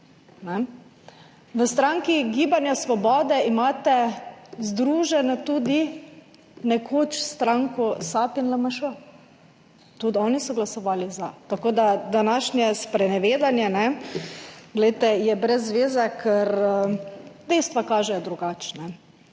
V stranki Gibanje Svoboda imate združeni tudi nekdanji stranki SAB in LMŠ. Tudi oni so glasovali za, tako da je današnje sprenevedanje brez zveze, ker dejstva kažejo drugače.